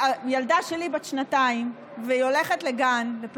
הילדה שלי בת שנתיים, והיא הולכת לגן, לפעוטון,